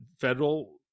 federal